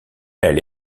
elle